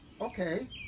okay